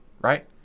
right